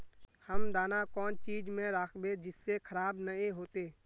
हम दाना कौन चीज में राखबे जिससे खराब नय होते?